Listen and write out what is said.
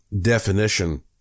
definition